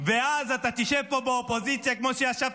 ואז אתה תשב פה באופוזיציה כמו שישבת